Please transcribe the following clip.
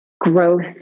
growth